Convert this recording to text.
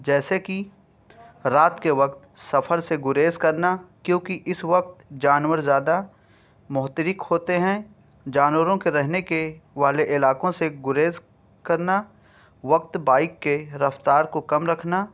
جیسے کہ رات کے وقت سفر سے گریز کرنا کیونکہ اس وقت جانور زیادہ متحرک ہوتے ہیں جانوروں کے رہنے کے والے علاقوں سے گریز کرنا وقت بائک کے رفتار کو کم رکھنا